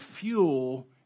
fuel